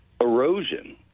erosion